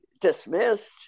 dismissed